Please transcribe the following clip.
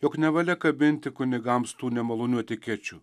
jog nevalia kabinti kunigams tų nemalonių etikečių